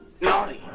naughty